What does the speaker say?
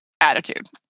attitude